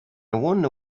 wonder